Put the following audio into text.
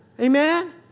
Amen